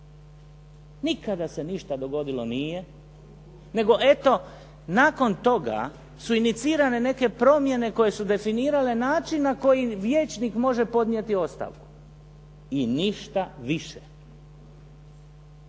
Nikada se ništa dogodilo nije, nego eto nakon toga su inicirane neke promjene koje su definirale način na koji vijećnik može podnijeti ostavku i ništa više.